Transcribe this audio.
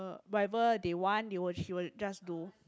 whatever they want they will she will just do